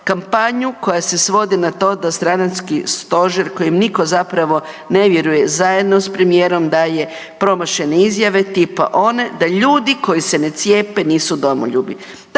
kampanju koja se svodi na to stranački stožer kojim nikom zapravo ne vjeruje zajedno sa premijerom daje promašene izjave tipa one da ljudi koji se ne cijepe, nisu domoljubi.